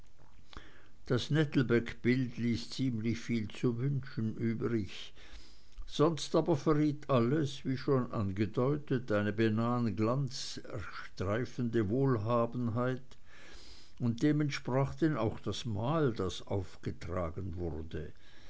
das nettelbeckbild ließ ziemlich viel zu wünschen übrig sonst aber verriet alles wie schon angedeutet eine beinahe an glanz streifende wohlhabenheit und dem entsprach denn auch das mahl das aufgetragen wurde